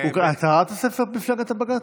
קראת את הספר "מפלגת הבג"ץ"?